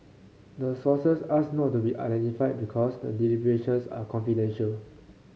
the sources asked not to be identified because the deliberations are confidential